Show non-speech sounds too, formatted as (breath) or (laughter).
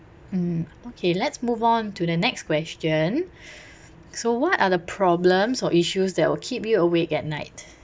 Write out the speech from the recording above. mm okay let's move on to the next question (breath) so what are the problems or issues that will keep you awake at night